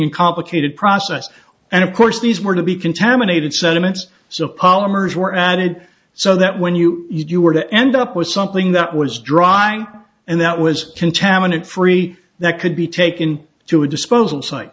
and complicated process and of course these were to be contaminated sediments so polymers were added so that when you you were to end up with something that was dry and that was contaminated free that could be taken to a disposal site